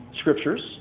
scriptures